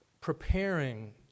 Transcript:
preparing